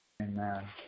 Amen